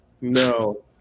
no